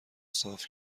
صاف